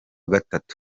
gatatu